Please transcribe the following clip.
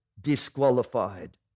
disqualified